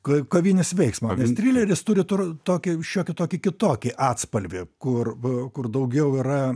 kovinis veiksmo nes trileris turi tur tokį šiokį tokį kitokį atspalvį kur kur daugiau yra